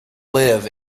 live